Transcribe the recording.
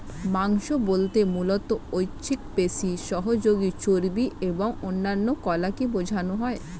মাংস বলতে মূলত ঐচ্ছিক পেশি, সহযোগী চর্বি এবং অন্যান্য কলাকে বোঝানো হয়